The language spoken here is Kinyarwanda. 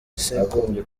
sekuru